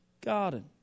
garden